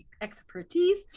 expertise